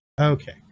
okay